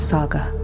Saga